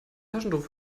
taschentuch